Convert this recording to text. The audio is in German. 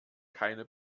keine